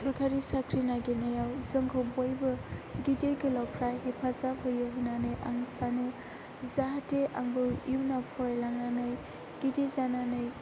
सरकारि साख्रि नागिरनायाव जोंखौ बयबो गिदिर गोलावफ्रा हेफाजाब होयो होननानै आं सानो जाहाथे आंबो इयुनाव फरायलांनानै गिदिर जानानै